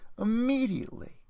immediately